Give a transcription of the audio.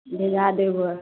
भेजा देबै